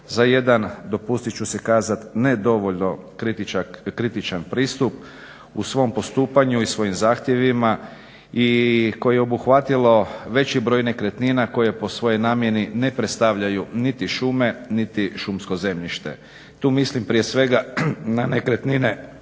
za jedan, dopustit ću si kazat ne dovoljno kritičan pristup u svom postupanju i svojim zahtjevima i koje je obuhvatilo veći broj nekretnina koje je po svojoj namjeni ne predstavljaju niti šume niti šumsko zemljište. Tu mislim prije svega na nekretnine,